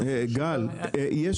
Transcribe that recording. גל, יש